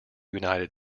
united